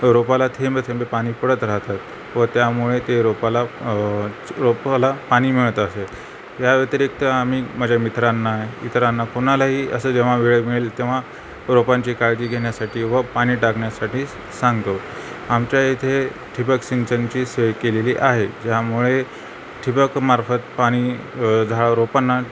रोपाला थेंबे थेंबे पाणी पडत राहतात व त्यामुळे ते रोपाला रोपाला पाणी मिळत असेल या व्यतिरिक्त आम्ही माझ्या मित्रांना इतरांना कोणालाही असं जेव्हा वेळ मिळेल तेव्हा रोपांची काळजी घेण्यासाठी व पाणी टाकण्यासाठी सांगतो आमच्या इथे ठिबक सिंचनाची सोय केलेली आहे ज्यामुळे ठिबकमार्फत पाणी झाड रोपांना